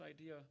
idea